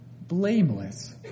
blameless